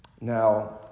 Now